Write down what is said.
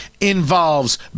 involves